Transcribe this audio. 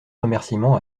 remerciements